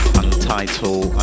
untitled